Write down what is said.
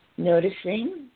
Noticing